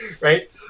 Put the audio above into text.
Right